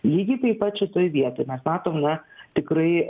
lygiai taip pat šitoj vietoj mes matom na tikrai